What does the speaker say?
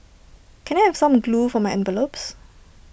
can I have some glue for my envelopes